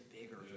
bigger